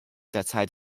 derzeit